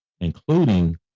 including